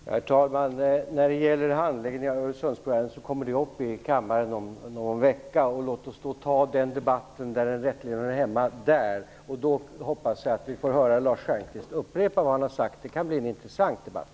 Herr talman! När det gäller handläggningen av Öresundsbron kommer den frågan upp i kammaren om någon vecka. Låt oss ta den debatten då, där den rätteligen hör hemma. Då hoppas jag att vi får höra Lars Stjernkvist upprepa vad han har sagt här i dag. Det kan bli en intressant debatt.